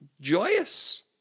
joyous